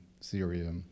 Syria